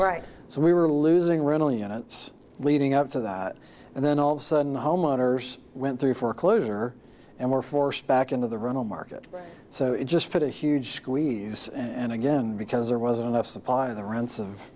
s so we were losing rental units leading up to that and then all of sudden homeowners went through foreclosure and were forced back into the run a market so it just put a huge squeeze and again because there wasn't enough supply of the rents of